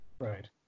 Right